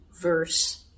verse